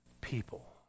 people